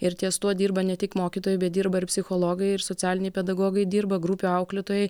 ir ties tuo dirba ne tik mokytojai bet dirba ir psichologai ir socialiniai pedagogai dirba grupių auklėtojai